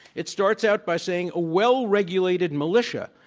it starts out by saying a well-regulated militia,